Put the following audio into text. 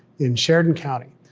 in sheridan county,